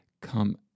come